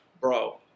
bro